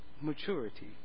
maturity